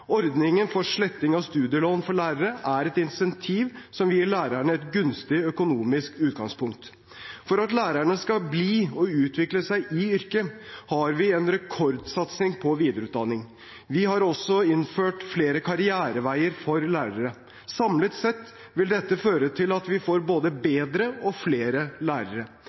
Ordningen for sletting av studielån for lærere er et incentiv som vil gi lærerne et gunstig økonomisk utgangspunkt. For at lærerne skal bli og utvikle seg i yrket, har vi en rekordsatsing på videreutdanning. Vi har også innført flere karriereveier for lærere. Samlet sett vil dette føre til at vi får både bedre og flere lærere.